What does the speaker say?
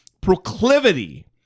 proclivity